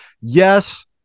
Yes